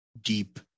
deep